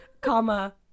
Comma